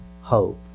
hope